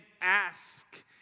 Ask